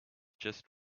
just